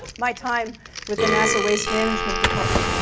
my time with the nasa waste management department.